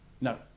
no